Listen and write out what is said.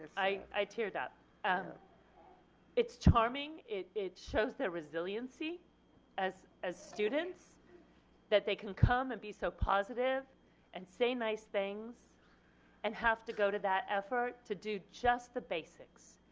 i teared up um it's charming, it it shows the resiliency as as students that they can come and be so positive and say nice things and have to go to that effort to do just the basics.